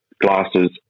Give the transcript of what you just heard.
glasses